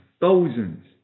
thousands